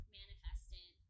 manifested